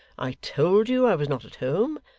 i told you i was not at home,